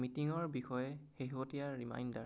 মিটিঙৰ বিষয়ে শেহতীয়া ৰিমাইণ্ডাৰ